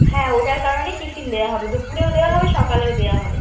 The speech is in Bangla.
হ্যাঁ ওটার কারণেই টিফিন দেওয়া হবে দুপুরেও দেওয়া হবে সকালেও দেওয়া হবে